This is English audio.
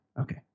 Okay